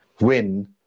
win